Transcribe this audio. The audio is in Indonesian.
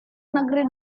negeri